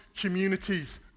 communities